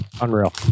Unreal